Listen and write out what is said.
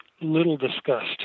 little-discussed